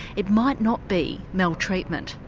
it might not be maltreatment.